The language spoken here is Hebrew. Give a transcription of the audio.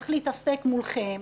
התחיל להתעסק מולכם,